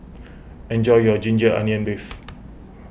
enjoy your Ginger Onions Beef